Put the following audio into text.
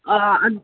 ꯑꯥ